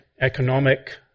economic